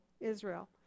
Israel